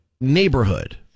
Neighborhood